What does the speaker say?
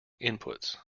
inputs